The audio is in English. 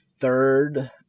third